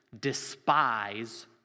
despise